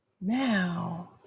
now